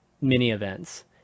mini-events